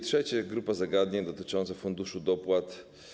Trzecia grupa zagadnień - dotycząca Funduszu Dopłat.